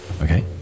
Okay